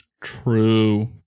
True